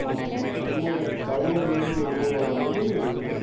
நம்மளோட தலைவர்கள்னு ஞாபகம் வரும் போது